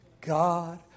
God